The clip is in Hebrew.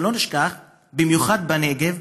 ושלא נשכח: במיוחד בנגב,